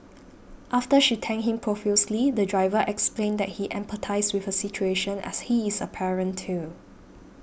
after she thanked him profusely the driver explained that he empathised with her situation as he is a parent too